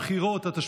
בחירות (תיקון מס' 9) (הארכת תקופת הבחירות),